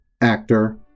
Actor